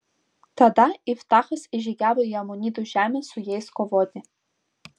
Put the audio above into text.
tada iftachas įžygiavo į amonitų žemę su jais kovoti